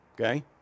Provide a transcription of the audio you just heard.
okay